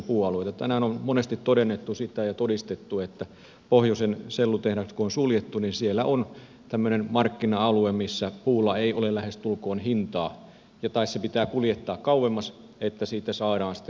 tänään on monesti todennettu ja todistettu sitä että kun pohjoisen sellutehtaat on suljettu niin siellä on tämmöinen markkina alue missä puulla ei ole lähestulkoon hintaa tai se pitää kuljettaa kauemmas että siitä saadaan sitten kohtuullinen hinta